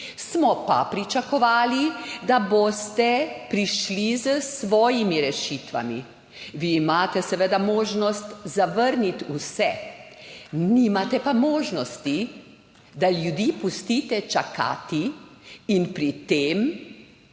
smo pa pričakovali, da boste prišli s svojimi rešitvami. Vi imate seveda možnost zavrniti vse, nimate pa možnosti, da ljudi pustite čakati in pri tem